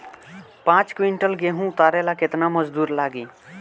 पांच किविंटल गेहूं उतारे ला केतना मजदूर लागी?